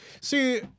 See